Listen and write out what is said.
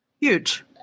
huge